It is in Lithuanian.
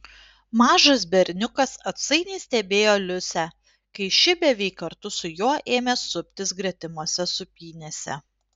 mažas berniukas atsainiai stebėjo liusę kai ši beveik kartu su juo ėmė suptis gretimose sūpynėse